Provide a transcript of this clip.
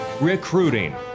recruiting